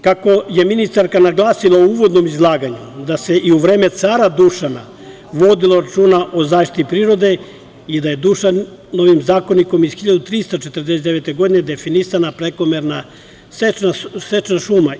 Kako je ministarka naglasila u uvodnom izlaganju da se i u vreme Cara Dušana vodilo računa o zaštiti prirode i da je Dušanovim zakonikom iz 1349. godine definisana prekomerna seča šuma.